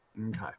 Okay